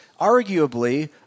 arguably